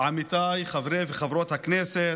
עמיתיי חברי וחברות הכנסת,